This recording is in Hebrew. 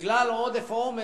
בגלל עודף עומס,